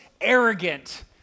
arrogant